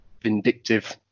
vindictive